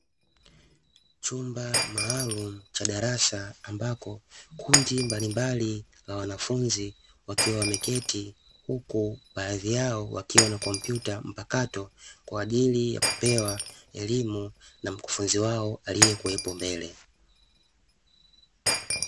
Chumba maalumu cha darasa ambako kundi mbalimbali la wanafunzi wakiwa wameketi, huku baadhi yao wakiwa na kompyuta mpakato kwa ajili ya kupewa elimu na mkufunzi wao aliyekuwepo mbele.